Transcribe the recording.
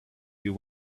you